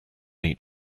eat